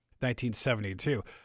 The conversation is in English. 1972